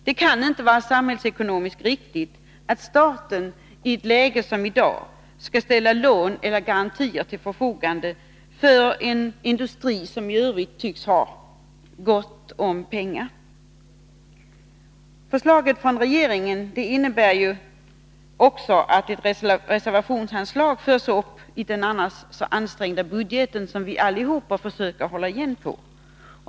Det kan inte vara samhällsekonomiskt riktigt att staten i ett sådant läge som vi i dag har skall ställa lån eller garantier till förfogande för en industri som i övrigt tycks ha gott om pengar. Förslaget från regeringen innebär också att ett reservationsanslag förs upp i den så ansträngda budgeten, där vi i övrigt försöker hålla igen.